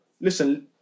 Listen